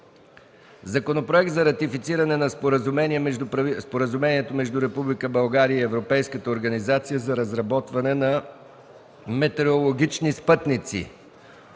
Законопроект за ратифициране на Споразумението между правителството на Република България и Европейската организация за разработване на метеорологични спътници